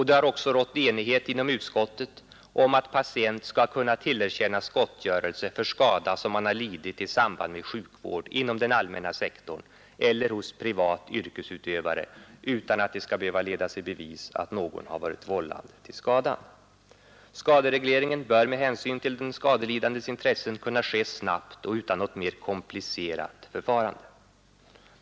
Det har också rått enighet inom utskottet om att patient skall kunna tillerkännas gottgörelse för skada som han lidit i samband med sjukvård inom den allmänna sektorn eller hos privat yrkesutövare, utan att det skall behöva ledas i bevis att någon varit vållande till skadan. Skaderegleringen bör med hänsyn till den skadelidandes intressen kunna ske snabbt och utan något mer komplicerat förfarande.